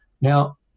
Now